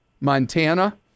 montana